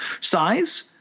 size